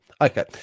Okay